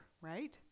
right